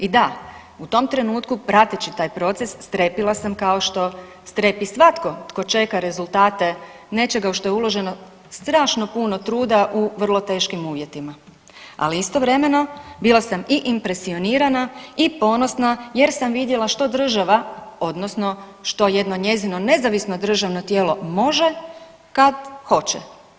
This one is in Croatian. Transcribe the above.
I da, u tom trenutku prateći taj proces strepila sam kao što strepi svatko tko čeka rezultate nečega u što je uloženo strašno puno truda u vrlo teškim uvjetima, ali istovremeno bila sam i impresionirana i ponosna jer sam vidjela što država odnosno što jedno njezino nezavisno državno tijelo može kad hoće.